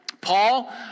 Paul